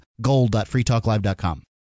gold.freetalklive.com